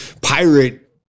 pirate